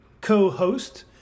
co-host